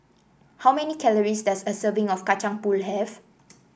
how many calories does a serving of Kacang Pool have